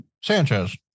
Sanchez